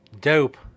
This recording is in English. dope